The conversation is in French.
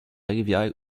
rivière